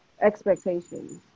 expectations